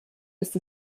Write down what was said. ist